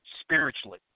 spiritually